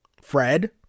Fred